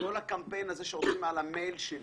כל הקמפיין הזה שעושים על המייל שלי